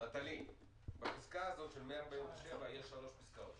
נטלי, בפסקה הזאת של 147 יש שלוש פסקאות,